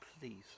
please